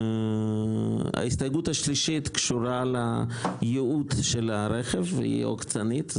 ההסתייגות השלישית קשורה לייעוד של הרכב היא עוקצנית,